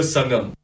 Sangam